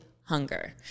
hunger